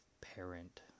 parent